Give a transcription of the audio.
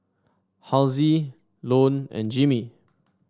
Halsey Lone and Jimmy